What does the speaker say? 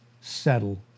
settle